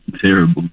Terrible